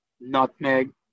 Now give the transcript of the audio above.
nutmeg